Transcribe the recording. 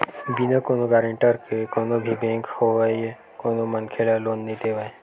बिना कोनो गारेंटर के कोनो भी बेंक होवय कोनो मनखे ल लोन नइ देवय